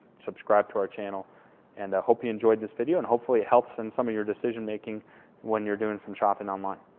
subscribe to our channel and i hope you enjoyed this video, and hopefully it helps in some of your decision making when you're doing some shopping online.